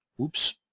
Oops